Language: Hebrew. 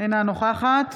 אינה נוכחת